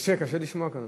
קשה לשמוע, כנראה.